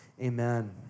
Amen